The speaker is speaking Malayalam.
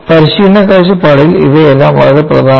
പരിശീലന കാഴ്ചപ്പാടിൽ ഇവയെല്ലാം വളരെ പ്രധാനമാണ്